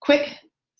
quick